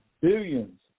billions